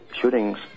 shootings